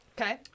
Okay